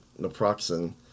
naproxen